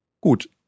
Gut